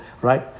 right